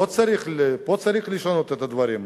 פה צריך לשנות את הדברים.